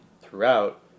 throughout